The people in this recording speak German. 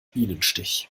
bienenstich